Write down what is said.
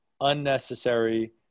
unnecessary